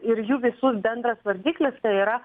ir jų visų bendras vardiklis tai yra